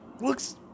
looks